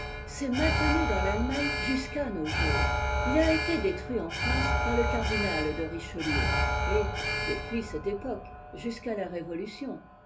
s'est maintenu dans i'ai emagne jusqu'à nos jours il a été détruit en france par le cardinal de richelieu et depuis cette époque jusqu'à la révo